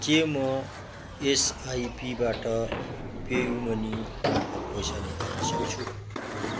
के म एसआइपीबाट पेयू मनी मार्फत पैसा निकाल्न सक्छु